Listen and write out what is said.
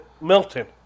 Milton